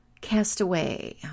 Castaway